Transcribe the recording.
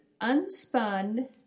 unspun